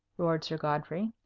roared sir godfrey.